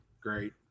great